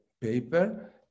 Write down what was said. paper